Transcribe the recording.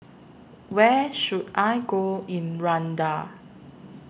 Where should I Go in Rwanda